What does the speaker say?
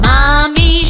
Mommy